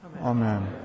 Amen